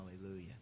Hallelujah